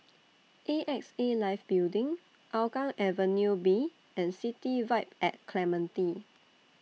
A X A Life Building Hougang Avenue B and City Vibe At Clementi